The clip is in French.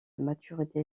maturité